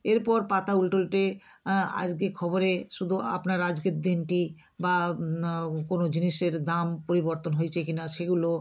এরপর পাতা উলটে উলটে আজকে খবরে শুধু আপনার আজকের দিনটি বা কোনো জিনিসের দাম পরিবর্তন হয়েছে কি না সেগুলো